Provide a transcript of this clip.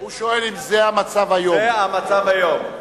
זה המצב היום.